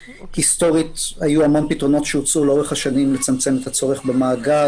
היסטורית היו המון פתרונות שהוצעו לאורך השנים לצמצם את הצורך במאגר